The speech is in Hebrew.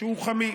שהוא חמי.